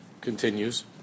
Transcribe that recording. continues